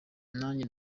nanjye